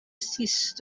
ceased